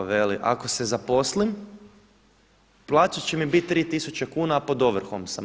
Veli ako se zaposlim plaća će mi bit 3000 kuna a pod ovrhom sam.